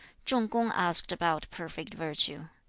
chung-kung asked about perfect virtue.